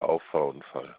auffahrunfall